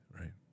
right